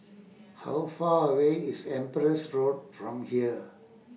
How Far away IS Empress Road from here